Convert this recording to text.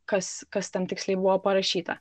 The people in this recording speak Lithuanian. kas kas ten tiksliai buvo parašyta